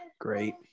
Great